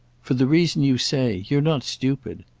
for the reason you say. you're not stupid.